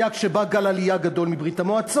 הייתה כשבא גל עלייה גדול מברית-המועצות.